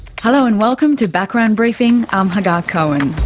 hello, and welcome to background briefing, i'm hagar cohen.